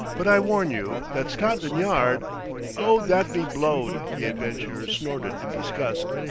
but i warn you that scotland yard oh, that be blowed! the adventurer snorted in disgust.